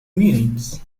meanings